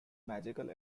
magical